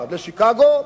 הרווארד ושיקגו,